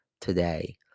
today